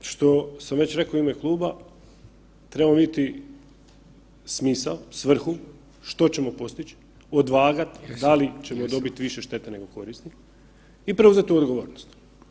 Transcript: Ono što sam već rekao u ime kluba trebamo vidjeti smisao, svrhu što ćemo postići, odvagati da li ćemo dobiti više štete nego koristi i preuzeti tu odgovornost.